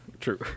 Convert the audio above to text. True